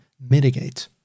mitigate